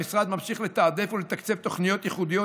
המשרד ממשיך לתעדף ולתקצב תוכניות ייחודיות